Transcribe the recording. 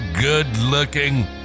good-looking